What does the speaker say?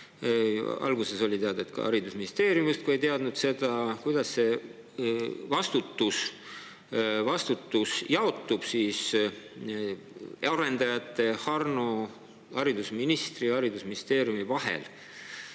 Alguses oli teada, et ka haridusministeerium justkui ei teadnud seda, kuidas siis jaotub vastutus arendajate, Harno, haridusministri ja haridusministeeriumi vahel.